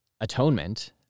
atonement